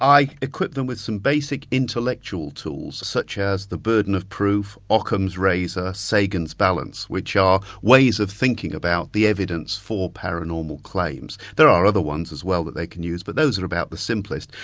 i equip them with some basic intellectual tools, such as the burden of proof, ockham's razor, sagan's balance, which are ways of thinking about the evidence for paranormal claims. there are other ones as well that they can use, but those are about the simplest.